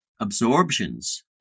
absorptions